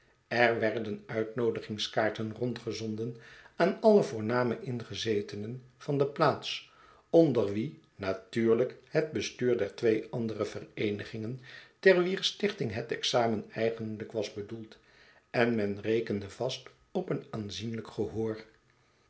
er werd en uitnoodigingskaarten rondgezonden aan alle voorname ingezetenen van de plaats onder wie natuiirlijk het bestuur der twee andere vereenigingen ter wier stichting het examen eigenlijk was bedoeld en men rekende vast op een aanzienlijk gehoor